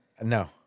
No